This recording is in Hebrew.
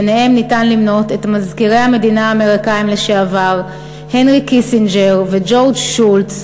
בהם מזכירי המדינה האמריקנים לשעבר הנרי קיסינג'ר וג'ורג' שולץ,